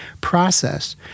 process